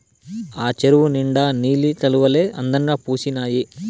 ఆ చెరువు నిండా నీలి కలవులే అందంగా పూసీనాయి